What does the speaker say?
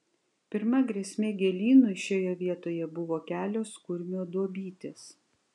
pirma grėsmė gėlynui šioje vietoje buvo kelios kurmio duobytės